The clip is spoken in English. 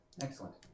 Excellent